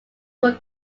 were